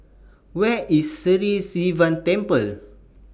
Where IS Sri Sivan Temple